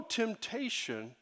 temptation